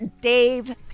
Dave